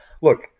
look